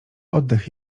oddech